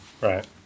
Right